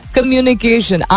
Communication